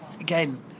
Again